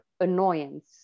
annoyance